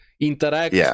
Interact